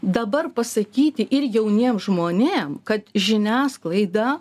dabar pasakyti ir jauniems žmonėm kad žiniasklaida